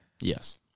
Yes